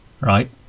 right